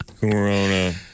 Corona